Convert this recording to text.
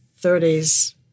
30s